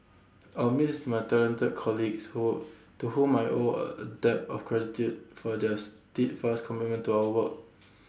I'll me lease my talented colleagues who to whom I owe A debt of gratitude for their steadfast commitment to our work